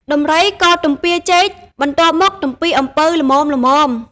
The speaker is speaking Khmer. ដំរីក៏ទំពាចេក បន្ទាប់មកទំពាអំពៅល្មមៗ ។